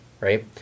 right